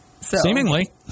seemingly